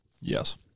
Yes